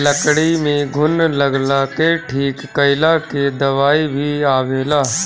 लकड़ी में घुन लगला के ठीक कइला के दवाई भी आवेला